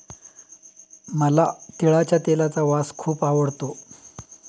मला तिळाच्या तेलाचा वास खूप आवडतो